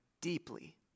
deeply